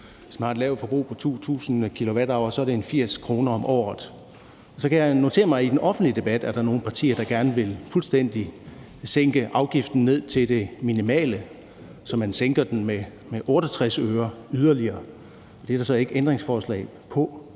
Hvis man har et lavt forbrug på 2.000 kWh, er det 80 kr. om året. Og så kan jeg notere mig, at der er nogle partier i den offentlige debat, der gerne vil sænke afgiften fuldstændig ned til det minimale, så man sænker den med 68 øre yderligere. Det er der så ikke ændringsforslag om